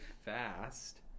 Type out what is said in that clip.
fast